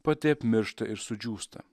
pati apmiršta ir sudžiūsta